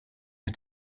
hat